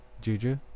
Juju